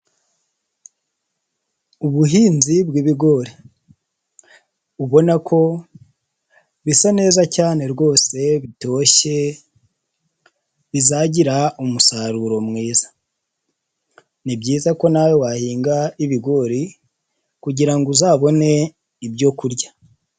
Ubuhinzi bw'ibigori ubona ko bisa neza cyane rwose bitoshye bizagira umusaruro mwiza ni byiza ko nawe wahinga ibigori kugira ngo uzabone ibyo kurya.